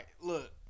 look